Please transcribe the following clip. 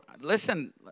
Listen